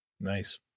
Nice